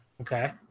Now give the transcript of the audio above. Okay